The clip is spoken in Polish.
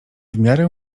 miarę